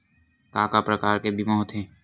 का का प्रकार के बीमा होथे?